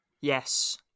yes